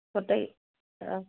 গোটেই অঁ